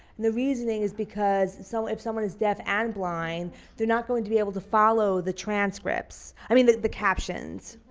the reasoning is because so if someone is both deaf and blind they're not going to be able to follow the transcripts i mean the the captions.